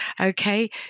okay